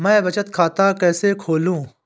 मैं बचत खाता कैसे खोलूँ?